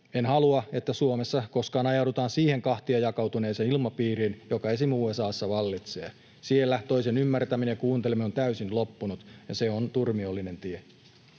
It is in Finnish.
En halua, että Suomessa koskaan ajaudutaan siihen kahtiajakautuneeseen ilmapiiriin, joka esimerkiksi USA:ssa vallitsee. Siellä toisen ymmärtäminen ja kuunteleminen on täysin loppunut, ja se on turmiollinen tie.